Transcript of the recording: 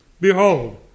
Behold